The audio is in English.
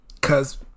Cause